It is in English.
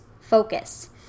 focus